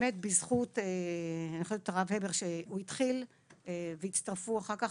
אני חושבת שבאמת בזכות הרב הבר שהוא התחיל והצטרפו אחר כך,